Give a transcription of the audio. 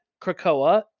Krakoa